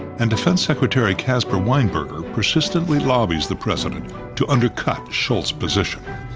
and defense secretary caspar weinberger persistently lobbies the president to undercut shultz's position.